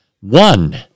One